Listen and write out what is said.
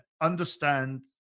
understand